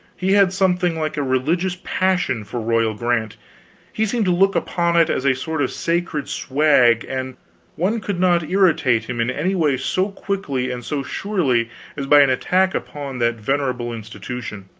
he had something like a religious passion for royal grant he seemed to look upon it as a sort of sacred swag, and one could not irritate him in any way so quickly and so surely as by an attack upon that venerable institution.